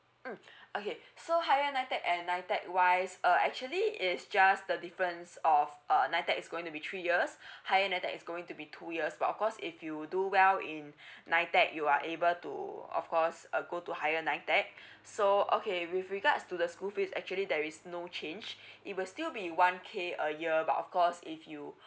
mm okay so higher nitec and nitec wise uh actually it's just the difference of uh nitec is going to be three years higher nitec is going to be two years but of course if you do well in nitec you are able to of course uh go to higher nitec so okay with regards to the school fee actually there is no change it will still be one K a year but of course if you